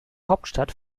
hauptstadt